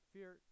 Fear